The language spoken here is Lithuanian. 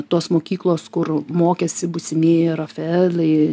tos mokyklos kur mokėsi būsimieji rafaeliai